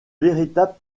véritables